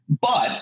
But-